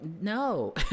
No